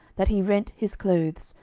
that he rent his clothes,